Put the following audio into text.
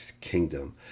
kingdom